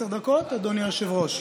עשר דקות, אדוני היושב-ראש?